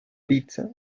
pizza